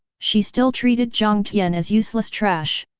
she still treated jiang tian as useless trash.